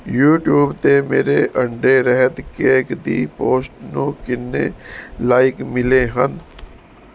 YouTube 'ਤੇ ਮੇਰੇ ਅੰਡੇ ਰਹਿਤ ਕੇਕ ਦੀ ਪੋਸਟ ਨੂੰ ਕਿੰਨੇ ਲਾਈਕ ਮਿਲੇ ਹਨ